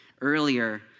Earlier